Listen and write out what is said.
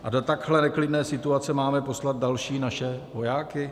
A do takhle neklidné situace máme poslat další naše vojáky?